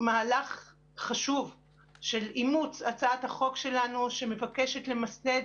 מהלך חשוב של אימוץ הצעת החוק שלנו, שמבקשת למסד,